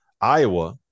Iowa